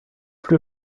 plus